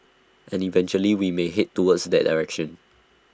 and eventually we may Head towards that direction